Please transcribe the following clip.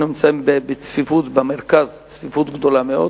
במרכז אנחנו נמצאים בצפיפות גדולה מאוד